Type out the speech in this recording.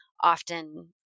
often